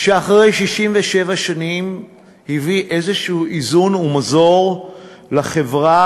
שאחרי 67 שנים הביא איזון ומזור כלשהם לחברה